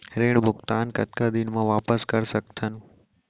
ऋण भुगतान कतका दिन म वापस कर सकथन?